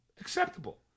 acceptable